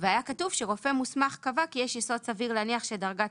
והיה כתוב שרופא מוסמך קבע כי יש יסוד סביר להניח שדרגת